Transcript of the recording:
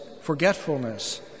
forgetfulness